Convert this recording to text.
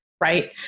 right